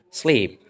sleep।